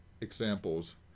examples